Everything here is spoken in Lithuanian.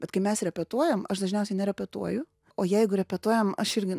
bet kai mes repetuojam aš dažniausiai nerepetuoju o jeigu repetuojam aš irgi